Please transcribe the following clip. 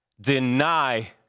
deny